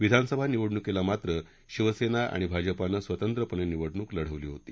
विधानसभा निवडणुकीला मात्र शिवसेना आणि भाजपानं स्वतंत्रपणे निवडणूक लढवली होती